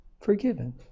forgiven